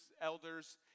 elders